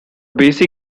basic